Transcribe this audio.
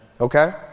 Okay